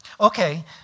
Okay